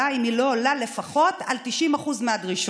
אם היא לא עונה לפחות על 90% מהדרישות.